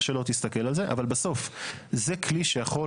איך שלא תסתכל על זה אבל בסוף זה כלי שיכול